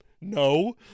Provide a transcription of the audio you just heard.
no